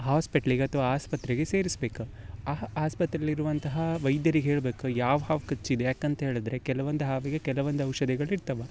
ಹಾಸ್ಪೆಟ್ಲಿಗೆ ಅಥ್ವಾ ಆಸ್ಪತ್ರೆಗೆ ಸೇರಿಸಬೇಕ ಆ ಆಸ್ಪತ್ರೆಯಲ್ಲಿ ಇರುವಂತಹ ವೈದ್ಯರಿಗೆ ಹೇಳ್ಬೇಕು ಯಾವ ಹಾವು ಕಚ್ಚಿದೆ ಯಾಕಂತ ಹೇಳಿದ್ರೆ ಕೆಲವೊಂದು ಹಾವಿಗೆ ಕೆಲವೊಂದು ಔಷಧಿಗಳು ಇರ್ತವೆ